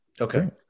Okay